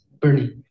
Bernie